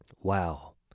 Wow